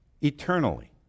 eternally